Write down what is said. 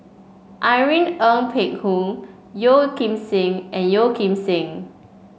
Irene Ng Phek Hoong Yeo Kim Seng and Yeo Kim Seng